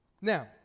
Now